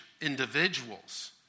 individuals